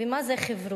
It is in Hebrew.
ומה זה חברות?